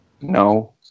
No